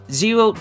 zero